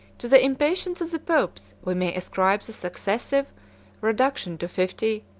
to the impatience of the popes we may ascribe the successive reduction to fifty,